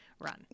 run